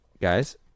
guys